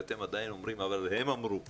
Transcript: אתם עדיין אומרים "אבל הם אמרו לנו".